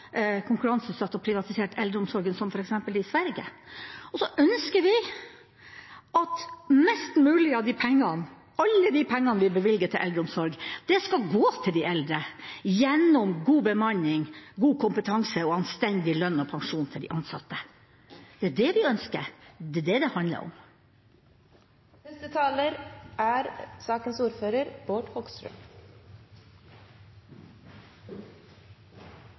konkurranseutsatt og privatisert eldreomsorgen, som f.eks. i Sverige. Og så ønsker vi at mest mulig av de pengene, alle pengene, vi bevilger til eldreomsorg, skal gå til de eldre gjennom god bemanning, god kompetanse og anstendig lønn og pensjon til de ansatte. Det er det vi ønsker. Det er det det handler om. Det er ganske spesielt å høre foregående taler